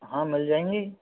हाँ मिल जाएंगे